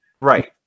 right